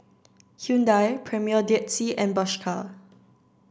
Hyundai Premier Dead Sea and Bershka